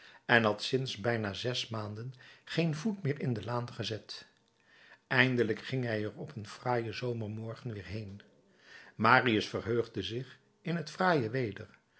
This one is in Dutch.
en had sinds bijna zes maanden geen voet meer in de laan gezet eindelijk ging hij er op een fraaien zomermorgen weêr heen marius verheugde zich in het fraaie weder